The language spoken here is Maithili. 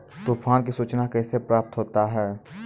तुफान की सुचना कैसे प्राप्त होता हैं?